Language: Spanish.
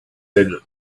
del